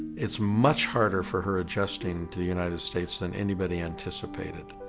it's much harder for her adjusting to the united states than anybody anticipated.